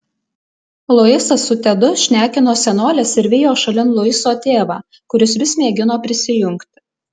luisas su tedu šnekino senoles ir vijo šalin luiso tėvą kuris vis mėgino prisijungti